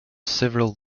several